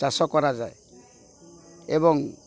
ଚାଷ କରାଯାଏ ଏବଂ